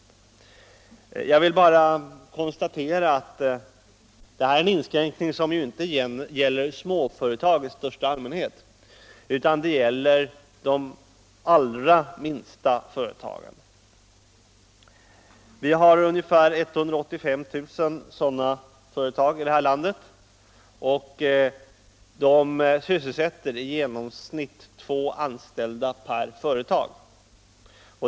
Jag den offentliga vill bara konstatera att den här inskränkningen inte gäller småföretag = arbetsförmedlingen, i största allmänhet, utan de allra minsta företagen. Vi har ungefär 185 000 — m.m. sådana företag här i landet, och de sysselsätter i genomsnitt två anställda per företag.